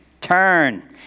Turn